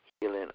healing